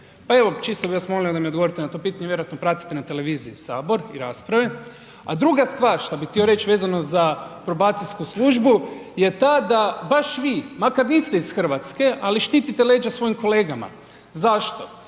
Pa evo čisto bih vas molio da mi odgovorite na to pitanje, vjerojatno pratite na televiziji Sabor i rasprave. A druga stvar šta bi htio reći vezano za probacijsku službu je ta da baš vi, makar niste iz Hrvatske ali štitite leđa svojim kolegama. Zašto?